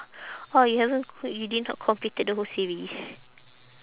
orh you haven't quit you did not completed the whole series